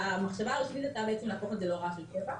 המחשבה הראשונית הייתה להפוך את זה לדבר של קבע.